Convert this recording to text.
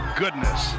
goodness